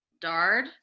Dard